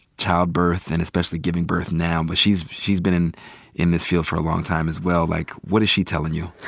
childbirth and especially giving birth now? but she's she's been in in this field for a long time as well. like, what is she tellin' you?